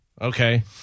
Okay